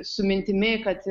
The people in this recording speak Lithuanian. su mintimi kad